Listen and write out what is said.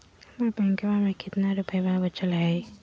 हमर बैंकवा में कितना रूपयवा बचल हई?